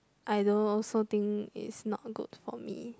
I don't also think is not good for me